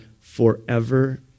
forever